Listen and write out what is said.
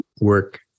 work